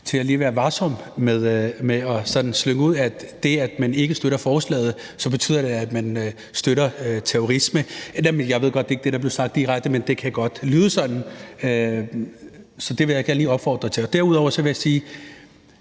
lige at være varsom med sådan at slynge ud, at det, at man ikke støtter forslaget, betyder, at man støtter terrorisme. Jeg ved godt, det ikke var det, der blev sagt direkte, men det kunne godt lyde sådan. Så det vil jeg gerne lige opfordre til. Derudover vil jeg sige,